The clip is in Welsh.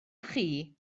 chi